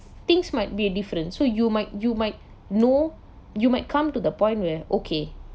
things might be a different so you might you might know you might come to the point where okay